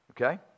Okay